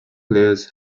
players